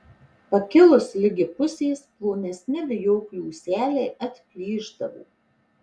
pakilus ligi pusės plonesni vijoklių ūseliai atplyšdavo